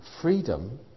freedom